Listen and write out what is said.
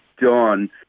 done